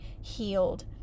healed